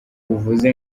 uvuze